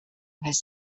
his